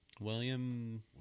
william